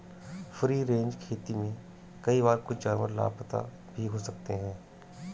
free range खेती में कई बार कुछ जानवर लापता भी हो सकते हैं